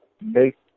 make